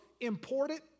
important